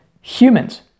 humans